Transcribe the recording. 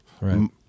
right